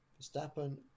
Verstappen